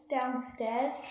downstairs